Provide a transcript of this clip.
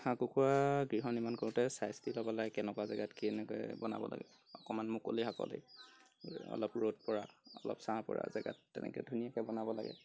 হাঁহ কুকুৰা গৃহ নিৰ্মাণ কৰোঁতে চাই চিতি ল'ব লাগে কেনেকুৱা জেগাত কেনেকৈ বনাব লাগে অকণমান মুকলি সাকলি অলপ ৰ'দ পৰা অলপ ছাঁ পৰা জেগাত তেনেকৈ ধুনীয়াকৈ বনাব লাগে